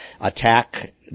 attack